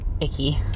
icky